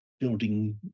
building